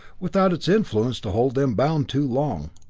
without its influence to hold them bound too long.